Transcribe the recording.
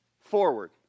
forward